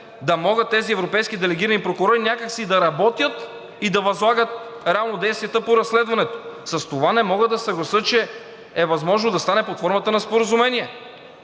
да могат тези европейски делегирани прокурори някак си да работят и да възлагат реално действията по разследването. С това не мога да се съглася, че е възможно да стане под формата на споразумение.